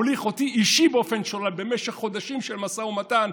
הוליך אותי אישית שולל במשך חודשים של משא ומתן,